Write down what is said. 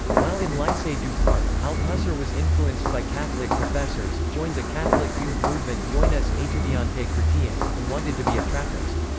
while in lycee du parc, althusser was influenced by catholic professors, joined the catholic youth movement jeunesse etudiante chretienne, and wanted to be a trappist.